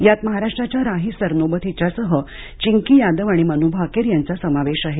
यात महाराष्ट्राच्या राही सरनोबत हिच्यासह चिंकी यादव आणि मनू भाकेर यांचा समावेश आहे